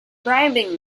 bribing